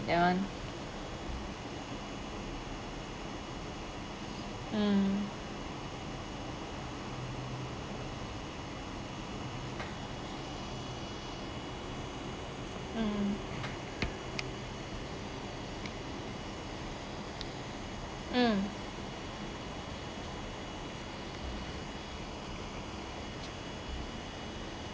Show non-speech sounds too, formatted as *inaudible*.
that [one] mm *noise* mm *noise* mm